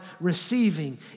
receiving